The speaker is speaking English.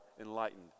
enlightened